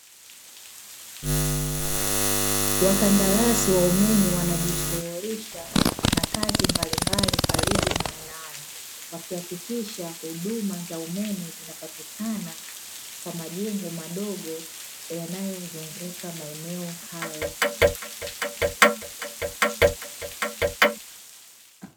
Wakandarasi wa umeme, wanajishughulisha na kazi mbalimbali karibu na mnara, wakihakikisha huduma za umeme zinapatikana kwa majengo madogo, yanayozunguka maeneo hayo.